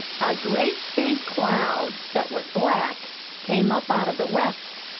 a great big cloud that was black came up out of the west.